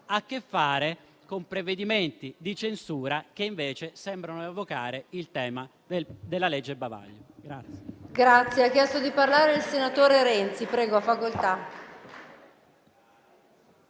a che fare con provvedimenti di censura che invece sembrano evocare il tema della legge bavaglio.